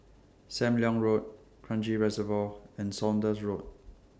SAM Leong Road Kranji Reservoir and Saunders Road